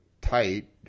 tight